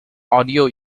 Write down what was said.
audio